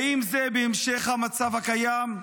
האם זה המשך המצב הקיים,